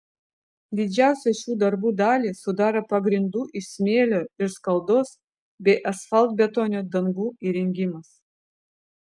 didžiausią šių darbų dalį sudaro pagrindų iš smėlio ir skaldos bei asfaltbetonio dangų įrengimas